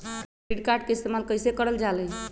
Credit card के इस्तेमाल कईसे करल जा लई?